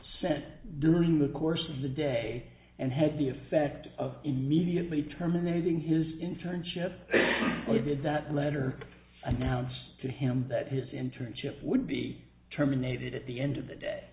sent during the course of the day and had the effect of immediately terminating his internship why did that letter announce to him that his internship would be terminated at the end of the day